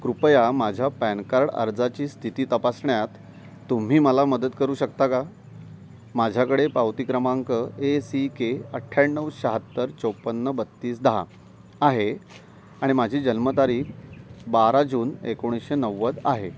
कृपया माझ्या PAN card अर्जाची स्थिती तपासण्यात तुम्ही मला मदत करू शकता का माझ्याकडे पावती क्रमांक ए सी के अठ्याण्णव शहात्तर चोपन्न बत्तीस दहा आहे आणि माझी जन्मतारीख बारा जून एकोणीसशे नव्वद आहे